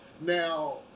now